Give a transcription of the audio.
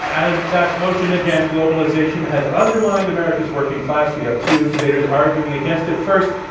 and that motion again, globalization has undermined america's working class. we have two debaters arguing against it. first,